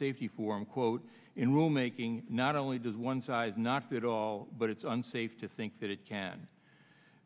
safety form quote in roll making not only does one size not fit all but it's unsafe to think that it can